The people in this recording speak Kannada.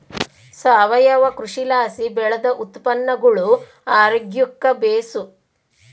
ಸಾವಯವ ಕೃಷಿಲಾಸಿ ಬೆಳ್ದ ಉತ್ಪನ್ನಗುಳು ಆರೋಗ್ಯುಕ್ಕ ಬೇಸು